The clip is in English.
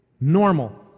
normal